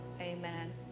Amen